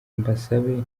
mbasabe